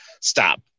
stop